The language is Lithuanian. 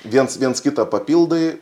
viens viens kitą papildai